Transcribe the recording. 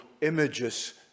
images